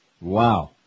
Wow